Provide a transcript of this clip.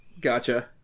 Gotcha